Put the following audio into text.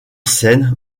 scène